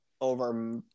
over